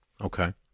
Okay